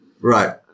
Right